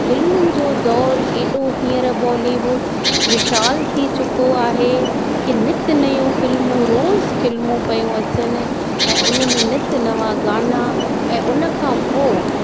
फिल्मनि जो दौर एड़ो हीअंर बॉलीवुड विशाल थी चुको आहे की नीत नियो फिल्मूं रोज फिल्मू पियूं अचनि ऐं उन में नीत नवा गाना ऐं उन खां पोइ